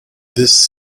this